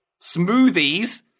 smoothies